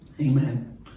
Amen